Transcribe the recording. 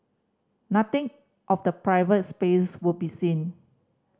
nothing of the private space would be seen